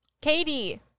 Katie